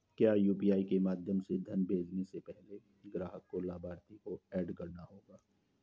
क्या यू.पी.आई के माध्यम से धन भेजने से पहले ग्राहक को लाभार्थी को एड करना होगा?